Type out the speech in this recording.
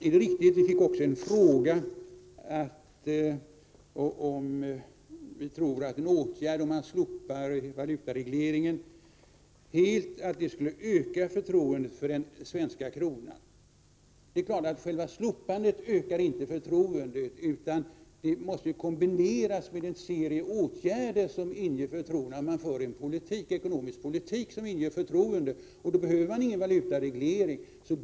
Det är riktigt att vi fick frågan om vi tror att ett totalt slopande av valutaregleringen skulle öka förtroendet för den svenska kronan. Själva slopandet ökar inte förtroendet, utan den åtgärden måste kombineras med en serie andra åtgärder som inger förtroende — att man för en ekonomisk politik som inger förtroende. Då behöver man inte någon valutareglering.